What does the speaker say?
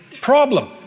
problem